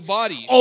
body